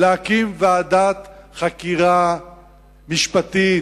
להקים ועדת חקירה משפטית,